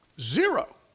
Zero